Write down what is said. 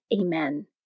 Amen